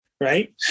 Right